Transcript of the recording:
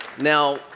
Now